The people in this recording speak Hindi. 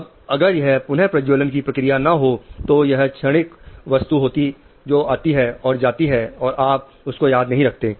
अब अगर यह पुनः प्रज्वलन की प्रक्रिया ना हो तो यहां क्षणिक वस्तु होती जो आती और जाती और आप उसको याद नहीं रखते